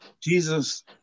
Jesus